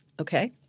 Okay